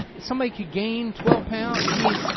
somebody could gain twelve pounds? i mean,